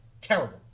terrible